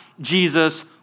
Jesus